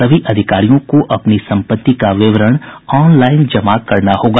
सभी अधिकारियों को अपनी संपत्ति का विवरण ऑनलाइन जमा करना होगा